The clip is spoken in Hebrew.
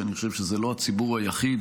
שאני חושב שזה לא הציבור היחיד